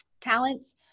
talents